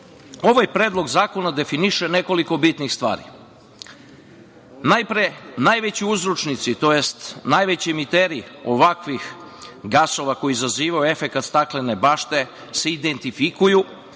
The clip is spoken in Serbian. Predlog zakona definiše nekoliko bitnih stvari. Najpre, najveći uzročnici, tj. najveći emiteri ovakvih gasova koji izazivaju efekat staklene bašte se identifikuju